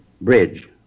Bridge